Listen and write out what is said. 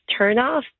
turnoff